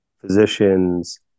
physicians